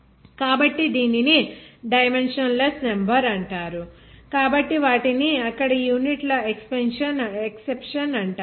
కాబట్టి దీనిని dimensionless number అంటారు కాబట్టి వాటిని అక్కడి యూనిట్ల ఎక్సెప్షన్ అంటారు